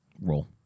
Roll